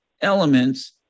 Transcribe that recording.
elements